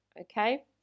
Okay